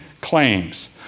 claims